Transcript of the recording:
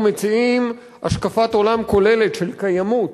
אנחנו מציעים השקפת עולם כוללת של קיימות,